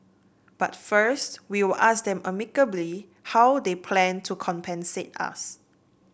but first we will ask them amicably how they plan to compensate us